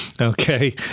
Okay